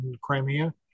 Crimea